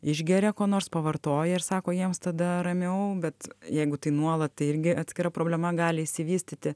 išgeria ko nors pavartoja ir sako jiems tada ramiau bet jeigu tai nuolat tai irgi atskira problema gali išsivystyti